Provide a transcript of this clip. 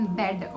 bed